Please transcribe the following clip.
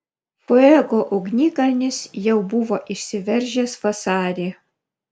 fuego ugnikalnis jau buvo išsiveržęs vasarį